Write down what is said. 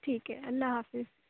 ٹھیک ہے اللہ حافظ